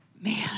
man